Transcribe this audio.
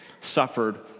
suffered